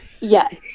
Yes